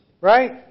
Right